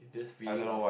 just feeding off